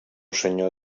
senyor